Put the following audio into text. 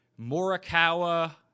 Morikawa